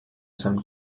some